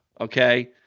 Okay